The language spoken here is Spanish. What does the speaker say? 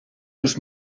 los